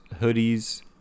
hoodies